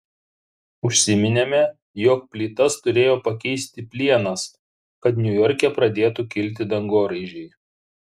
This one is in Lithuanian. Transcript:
užsiminėme jog plytas turėjo pakeisti plienas kad niujorke pradėtų kilti dangoraižiai